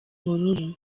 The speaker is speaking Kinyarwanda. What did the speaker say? bururu